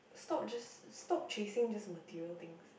stop just stop chasing just material things